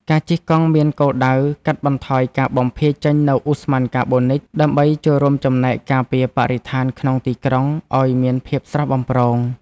ការជិះកង់មានគោលដៅកាត់បន្ថយការបំភាយចេញនូវឧស្ម័នកាបូនិច ដើម្បីចូលរួមចំណែកការពារបរិស្ថានក្នុងទីក្រុងឱ្យមានភាពស្រស់បំព្រង។